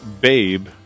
Babe